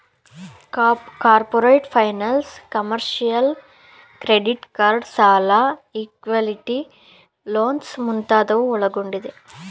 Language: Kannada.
corporate finance, commercial, credit card ಸಾಲ, ಇಕ್ವಿಟಿ ಲೋನ್ಸ್ ಮುಂತಾದವು ಒಳಗೊಂಡಿದೆ